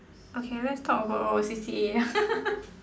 okay let's talk about our C_C_A